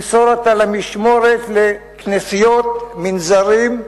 למסור אותו למשמורת לכנסיות, מנזרים,